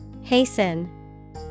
hasten